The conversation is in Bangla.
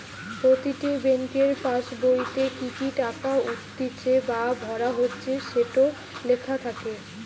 প্রতিটি বেংকের পাসবোইতে কি কি টাকা উঠতিছে বা ভরা হচ্ছে সেটো লেখা থাকে